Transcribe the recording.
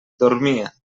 dormia